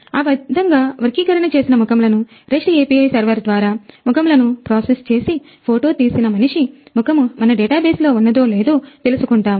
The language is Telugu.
ఆ విధముగా వర్గీకరణ చేసిన ముఖములను REST API server ద్వారా ముఖములను ప్రాసెస్ చేసి ఫోటో తీసిన మనిషి ముఖము మన డాటాబేస్ లో ఉన్నదో లేదో తెలుసుకుంటాము